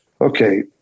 okay